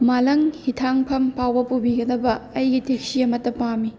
ꯃꯥꯂꯪ ꯍꯤꯊꯥꯡꯐꯝ ꯐꯥꯎꯕ ꯄꯨꯕꯤꯒꯗꯕ ꯑꯩꯒꯤ ꯇꯦꯛꯁꯤ ꯑꯃꯠꯇ ꯄꯥꯝꯃꯤ